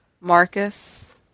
Marcus